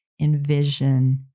envision